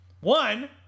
One